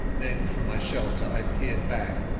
then from my shelter i peered back,